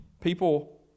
people